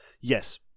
Yes